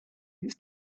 it’s